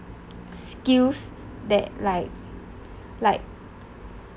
skills that like like